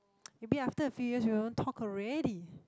maybe after a few year you don't talk already